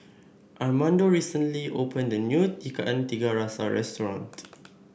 Armando recently opened a new Ikan Tiga Rasa restaurant